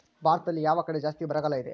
ಭಾರತದಲ್ಲಿ ಯಾವ ಕಡೆ ಜಾಸ್ತಿ ಬರಗಾಲ ಇದೆ?